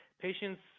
patients